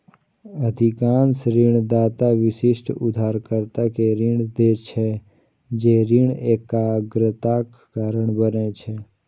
अधिकांश ऋणदाता विशिष्ट उधारकर्ता कें ऋण दै छै, जे ऋण एकाग्रताक कारण बनै छै